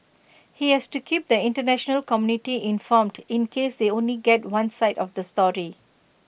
he has to keep the International community informed in case they only get one side of the story